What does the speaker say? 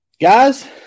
guys